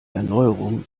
erneuerung